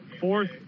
fourth